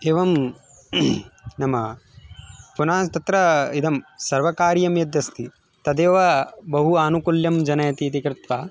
एवं नाम पुनः तत्र इदं सर्वकारीयं यदस्ति तदेव बहु आनुकूल्यं जनयति इति कृत्वा